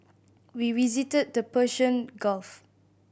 we visited the Persian Gulf